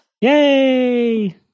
Yay